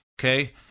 Okay